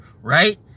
Right